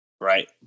right